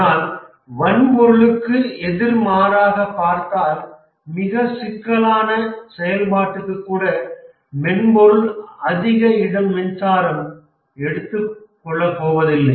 ஆனால் வன்பொருளுக்கு எதிர்மாறாக பார்த்தால் மிக சிக்கலான செயல்பாட்டுக்கு கூட மென்பொருள் அதிக இடம் மின்சாரம் எடுத்துக்கொ ள்ள போவதில்லை